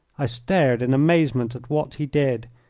i stared in amazement at what he did.